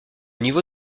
niveau